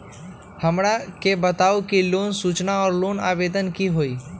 हमरा के बताव कि लोन सूचना और लोन आवेदन की होई?